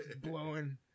Blowing